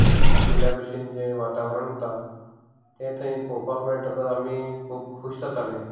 आशिल्ल्या बशेन जें वातावरण उरता तें थंय पळोवपाक मेळटकच आमी खूब खूश जाताले